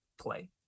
play